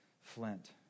flint